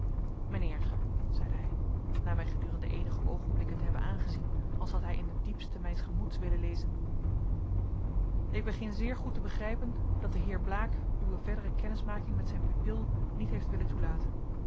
zeide hij na mij gedurende eenige oogenblikken te hebben aangezien als had hij in het diepste mijns gemoeds willen lezen ik begin zeer goed te begrijpen dat de heer blaek uwe verdere kennismaking met zijn pupil niet heeft willen toelaten